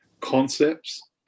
concepts